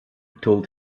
told